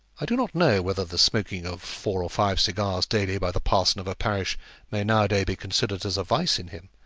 i do not know whether the smoking of four or five cigars daily by the parson of a parish may now-a-day be considered as a vice in him,